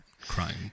crying